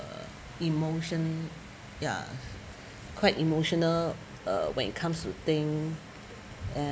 uh emotion ya quite emotional uh when it comes to thing and